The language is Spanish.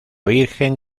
virgen